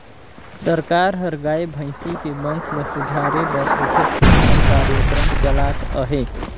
सरकार हर गाय, भइसी के बंस ल सुधारे बर ओखर सुधार कार्यकरम चलात अहे